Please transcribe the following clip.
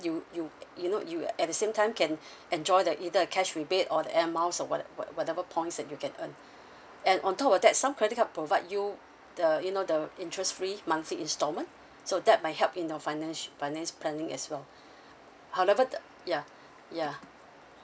you you at you know you at the same time can enjoy the either a cash rebate or the air miles or what what whatever points that you can earn and on top of that some credit card provide you the you know the interest free monthly installment so that might help in your financi~ finance planning as well however the ya ya